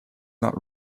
not